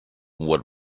what